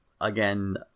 again